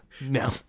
No